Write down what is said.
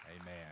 Amen